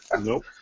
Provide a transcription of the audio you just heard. Nope